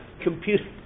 computer